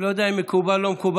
אני לא יודע אם מקובל או לא מקובל.